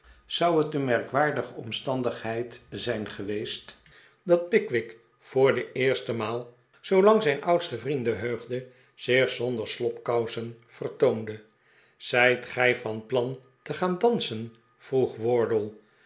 zou het de merkwaardige omstandigheid zijn geweest dat pickwick voor de eerste m a cd zoolang zijn oudsten vrienden heugde zich zonder slobkousen vertoonde zijt gij van plan te gaan dansen vroeg